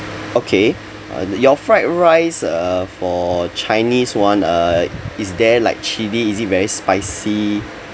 okay uh your fried rice uh for chinese one uh is there like chili is it very spicy